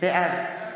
בעד